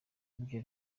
ibyo